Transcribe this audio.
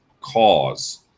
cause